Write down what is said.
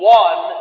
one